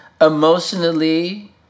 emotionally